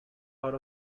out